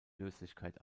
löslichkeit